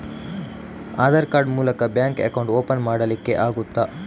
Aadhaar card ಮೂಲಕ bank account open ಮಾಡಲಿಕ್ಕೆ ಆಗುತಾ?